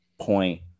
Point